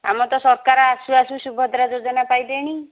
ଆମର ତ ସରକାର ଆସୁ ଆସୁ ସୁଭଦ୍ରା ଯୋଜନା ପାଇଦେଣି